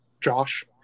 Josh